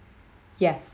yeah and